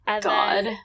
God